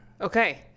okay